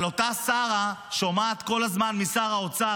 שרה אחרת.